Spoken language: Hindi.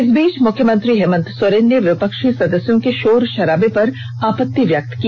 इस बीच मुख्यमंत्री हेमंत सोरेन ने विपक्षी सदस्यों के शोर षराबे पर आपत्ति व्यक्त की